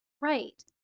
Right